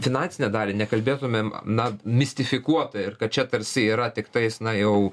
finansinę dalį nekalbėtumėm na mistifikuota ir kad čia tarsi yra tiktais na jau